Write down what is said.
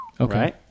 Okay